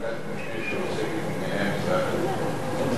ועדת משנה שעוסקת בענייני המזרח התיכון,